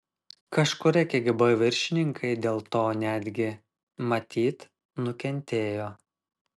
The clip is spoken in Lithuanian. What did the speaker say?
kažkurie kgb viršininkai dėl to netgi matyt nukentėjo